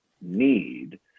need